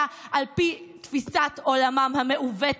בבית הספר על ידי בדיקת ציוניהם בשנים הקודמות